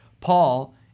Paul